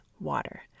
water